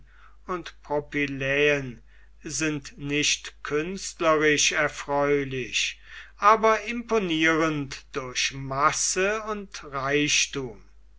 und propyläen sind nicht künstlerisch erfreulich aber imponierend durch masse und reichtum